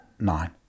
nine